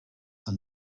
are